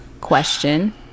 question